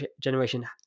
generation